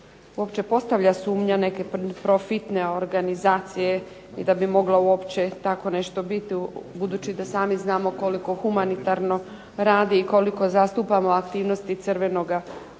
uopće postavlja sumnja neke profitne organizacije i da bi mogla uopće tako nešto biti, budući da sami znamo koliko humanitarno radi i koliko zastupamo aktivnosti Crvenoga križa.